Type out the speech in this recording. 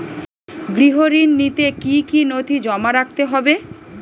গৃহ ঋণ নিতে কি কি নথি জমা রাখতে হবে?